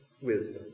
wisdom